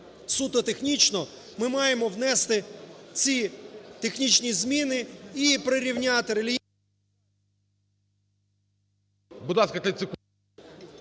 суто технічно ми маємо внести ці технічні зміни і прирівняти…